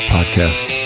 Podcast